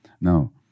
now